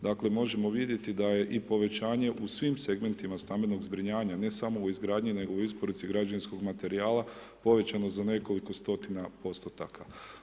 Dakle, možemo vidjeti da je i povećanje u svim segmentima stambenog zbrinjavanja, ne samo u izgradnji, nego u isporuci građevinskog materijala, povećano za nekoliko stotina postotaka.